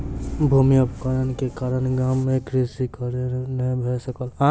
भूमि अवक्रमण के कारण गाम मे कृषि कार्य नै भ सकल